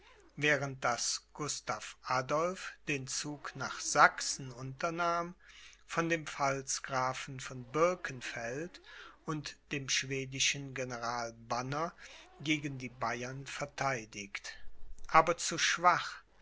während daß gustav adolph den zug nach sachsen unternahm von dem pfalzgrafen von birkenfeld und dem schwedischen general banner gegen die bayern vertheidigt aber zu schwach